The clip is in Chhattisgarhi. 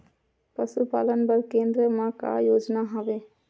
पशुपालन बर केन्द्र म का योजना हवे?